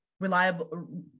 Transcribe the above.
reliable